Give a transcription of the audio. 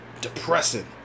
Depressing